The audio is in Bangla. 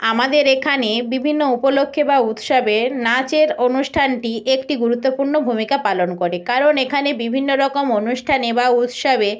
আমাদের এখানে বিভিন্ন উপলক্ষে বা উৎসবে নাচের অনুষ্ঠানটি একটি গুরুত্বপূর্ণ ভূমিকা পালন করে কারণ এখানে বিভিন্ন রকম অনুষ্ঠানে বা উৎসবে